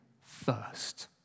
first